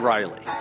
Riley